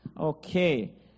Okay